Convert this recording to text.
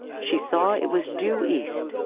she saw it was due east.